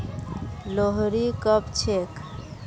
लोहड़ी कब छेक